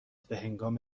بههنگام